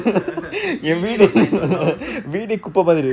வீடே:vidae not nice [what] how